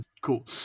cool